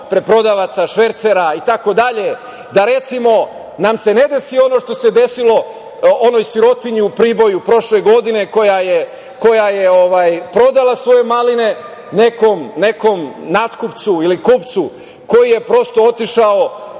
preprodavaca, švercera, itd, da nam se ne desi ono što se desilo onoj sirotinji u Proboju prošle godine koja je prodala svoje maline nekom nakupcu ili kupcu koji je prosto otišao,